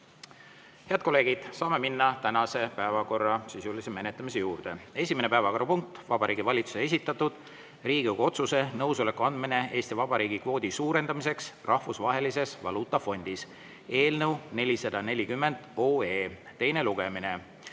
Head kolleegid, saame minna tänase päevakorra sisulise menetlemise juurde. Esimene päevakorrapunkt: Vabariigi Valitsuse esitatud Riigikogu otsuse "Nõusoleku andmine Eesti Vabariigi kvoodi suurendamiseks Rahvusvahelises Valuutafondis" eelnõu 440 teine lugemine.